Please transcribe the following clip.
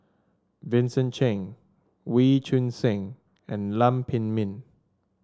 Vincent Cheng Wee Choon Seng and Lam Pin Min